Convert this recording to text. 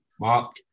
Mark